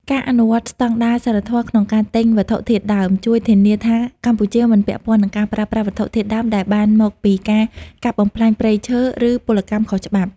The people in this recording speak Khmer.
ការអនុវត្តស្ដង់ដារសីលធម៌ក្នុងការទិញវត្ថុធាតុដើម ជួយធានាថាកម្ពុជាមិនពាក់ព័ន្ធនឹងការប្រើប្រាស់វត្ថុធាតុដើមដែលបានមកពីការកាប់បំផ្លាញព្រៃឈើ ឬពលកម្មខុសច្បាប់។